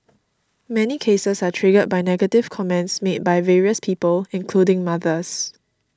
many cases are triggered by negative comments made by various people including mothers